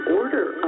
order